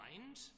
mind